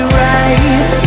right